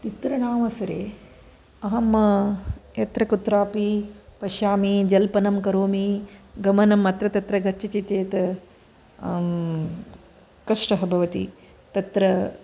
चित्रणावसरे अहं यत्रकुत्रापि पश्यामि जल्पनं करोमि गमनम् अत्र तत्र गच्छति चेत् कष्टः भवति तत्र